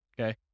okay